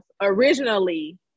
originally